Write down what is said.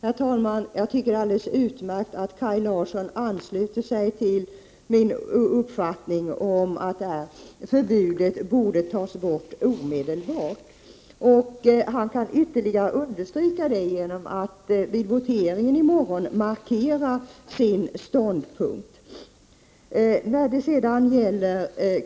Herr talman! Det är utmärkt att Kaj Larsson ansluter sig till min uppfattning om att förbudet borde tas bort omedelbart. Han kan ytterligare understryka detta genom att markera sin ståndpunkt vid voteringen i morgon.